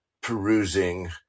perusing